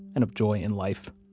and of joy in life